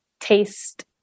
taste